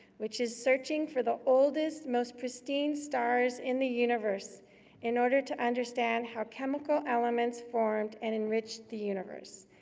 which is searching for the oldest, most pristine stars in the universe in order to understand how chemical elements formed and enriched the universe.